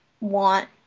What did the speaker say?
want